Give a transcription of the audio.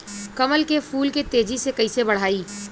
कमल के फूल के तेजी से कइसे बढ़ाई?